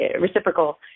reciprocal